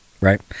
Right